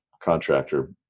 contractor